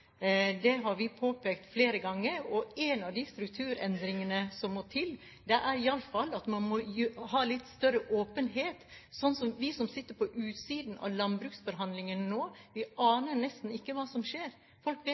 Det har vi påpekt flere ganger. Én av de strukturendringene som må til, er i alle fall at man ha litt større åpenhet. Vi som sitter på utsiden av landbruksforhandlingene, aner nesten ikke hva som skjer. Folk vet